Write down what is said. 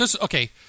Okay